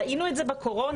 ראינו את זה בקורונה,